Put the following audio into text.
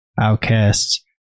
outcasts